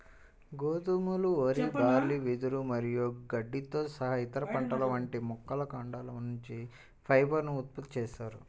గోధుమలు, వరి, బార్లీ, వెదురు మరియు గడ్డితో సహా ఇతర పంటల వంటి మొక్కల కాండాల నుంచి ఫైబర్ ను ఉత్పత్తి చేస్తారు